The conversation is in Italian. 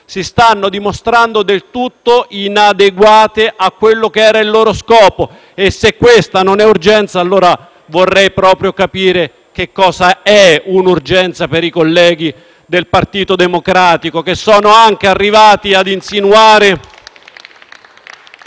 si stanno dimostrando del tutto inadeguate a quello che era il loro scopo. E, se questa non è urgenza, allora vorrei proprio capire che cosa sia una urgenza per i colleghi del Partito Democratico, che sono arrivati anche a insinuare